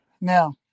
Now